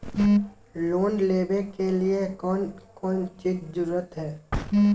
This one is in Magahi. लोन लेबे के लिए कौन कौन चीज के जरूरत है?